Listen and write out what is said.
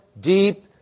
deep